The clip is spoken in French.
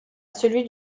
celui